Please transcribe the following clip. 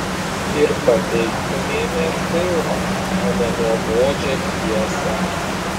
ir pateiktumėme filmą o ne nuobodžią pjesę